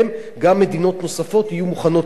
גם מדינות נוספות יהיו מוכנות לקלוט.